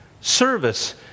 service